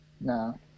no